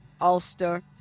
Ulster